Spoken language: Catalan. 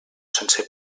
sense